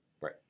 Right